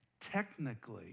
technically